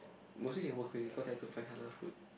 mostly Singapore cuisine cause I had to find halal food